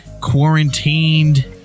quarantined